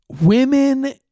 women